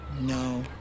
No